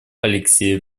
алексей